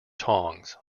tongs